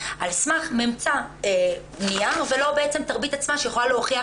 על סמך ממצא נייר ולא בעצם תרבית עצמה שיכולה להוכיח,